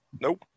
Nope